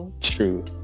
True